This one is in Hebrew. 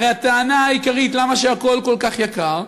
הרי הטענה העיקרית למה הכול כל כך יקר,